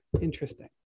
Interesting